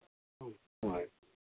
ꯍꯣꯏ